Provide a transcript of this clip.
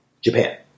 Japan